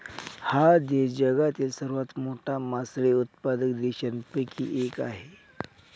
हा देश जगातील सर्वात मोठा मासळी उत्पादक देशांपैकी एक आहे